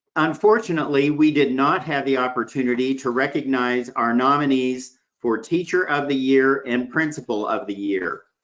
unfortunately, we did not have the opportunity to recognize our nominees for teacher of the year and principal of the year.